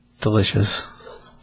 Delicious